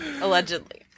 Allegedly